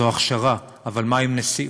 זאת הכשרה, אבל מה עם נסיעות